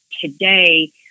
today